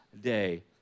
day